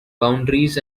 boundaries